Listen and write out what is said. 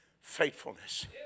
faithfulness